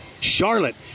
Charlotte